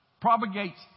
propagates